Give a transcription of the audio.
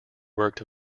worked